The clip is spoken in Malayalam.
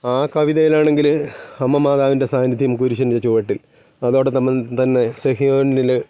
ആ കവിതയിലാണെങ്കില് അമ്മ മാതാവിൻ്റെ സാനിധ്യം കുരിശിൻ്റെ ചുവട്ടിൽ അതോടെ നമ്മൾ തന്നെ സഹി ല്